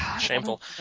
shameful